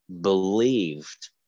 believed